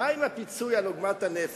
אבל מה עם הפיצוי על עוגמת הנפש?